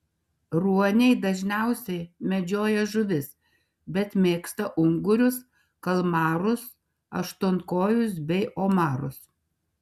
ruoniai dažniausiai medžioja žuvis bet mėgsta ungurius kalmarus aštuonkojus bei omarus